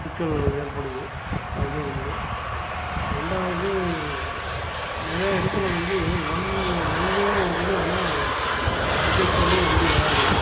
சிக்கல் ஏற்படுது அது ஒன்று ரெண்டாவது நிறையா இடத்துல வந்து ஒன் வே ஒன் வேனு இருக்குது ஆனால் எதிர்புறமும் வண்டி வர்றாங்க